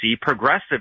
progressive